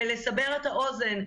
כדי לסבר את האוזן,